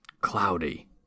cloudy